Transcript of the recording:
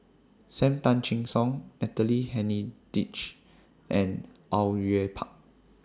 SAM Tan Chin Siong Natalie Hennedige and Au Yue Pak